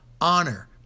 honor